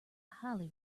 highly